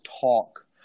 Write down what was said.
talk